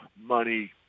money